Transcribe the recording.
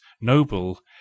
noble